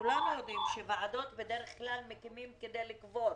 כולנו יודעים שוועדות בדרך כלל מקימים כדי לקבור